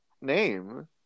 name